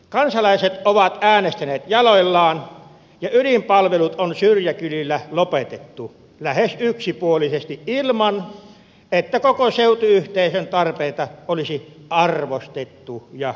kansalaiset ovat äänestäneet jaloillaan ja ydinpalvelut on syrjäkylillä lopetettu lähes yksipuolisesti ilman että koko seutuyhteisön tarpeita olisi arvostettu ja kuunneltu